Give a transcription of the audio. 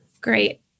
great